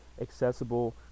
accessible